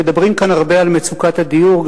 מדברים כאן הרבה על מצוקת הדיור.